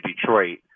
Detroit